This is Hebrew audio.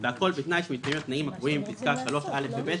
והכל בתנאי שמתקיימים התנאים הקבועים בפסקה (3)(א) ו-(ב),